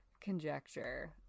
conjecture